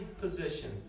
position